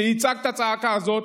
שיצעק את הצעקה הזאת,